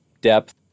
depth